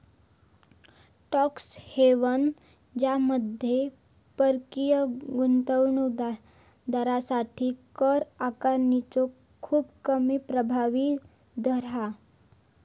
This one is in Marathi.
टॅक्स हेवन ज्यामध्ये परकीय गुंतवणूक दारांसाठी कर आकारणीचो खूप कमी प्रभावी दर हा